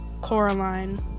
Coraline